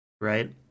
Right